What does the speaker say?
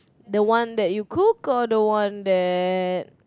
the one that you cook or the one that